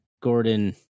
Gordon –